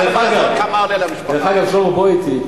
דרך אגב, שלמה, בוא אתי.